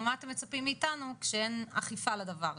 מה אתם מצפים מאיתנו כשאין אכיפה לדבר הזה.